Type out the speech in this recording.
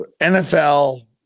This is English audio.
nfl